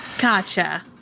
Gotcha